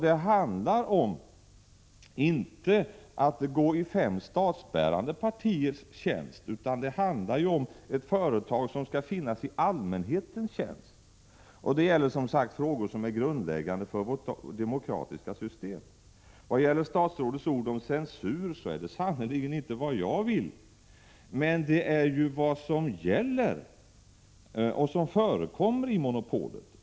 Det handlar inte om att företaget skall gå i fem statsbärande partiers tjänst utan om ett företag som skall stå till allmänhetens tjänst. Det gäller frågor som är grundläggande för vårt demokratiska system. Vad gäller statsrådets ord om censur är det sannerligen inte en sådan jag vill ha, men det är vad som för närvarande gäller och förekommer inom monopolet.